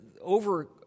over